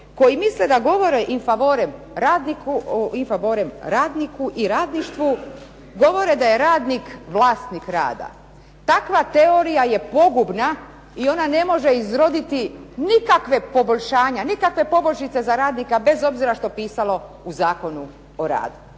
koji misle da govore in favorem radniku i radništvu govore da je radnik vlasnik rada. Takva teorija je pogubna i ona ne može izroditi nikakva poboljšanja, nikakve poboljšice za radnika bez obzira što pisalo u Zakonu o radu.